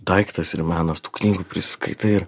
daiktas ir menas tų knygų priskaitai ir